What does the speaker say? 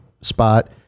spot